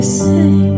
say